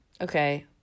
Okay